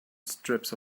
strips